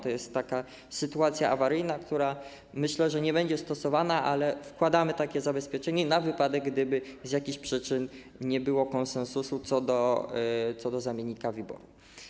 To jest sytuacja awaryjna, która myślę, że nie będzie stosowana, ale wkładamy takie zabezpieczenie, na wypadek gdyby z jakichś przyczyn nie było konsensusu co do zamiennika WIBOR.